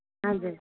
हजुर